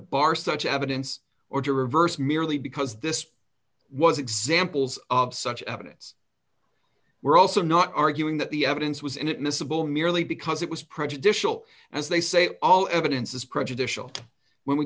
bar such evidence or to reverse merely because this was examples of such evidence we're also not arguing that the evidence was inadmissible merely because it was prejudicial and as they say all evidence is prejudicial when we